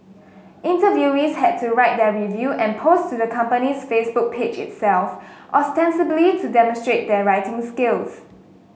interviewees had to write their review and post to the company's Facebook page itself ostensibly to demonstrate their writing skills